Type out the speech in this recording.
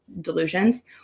delusions